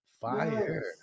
Fire